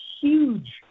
Huge